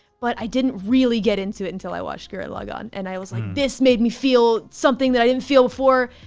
but i didn't really get into it until i watched gurren lagann. and i was like, this made me feel something that i didn't feel before.